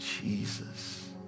jesus